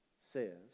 says